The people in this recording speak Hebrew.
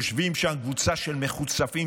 יושבת שם קבוצה של מחוצפים.